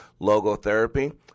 logotherapy